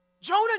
Jonah